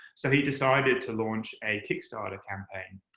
so he decided to launch a kickstarter campaign.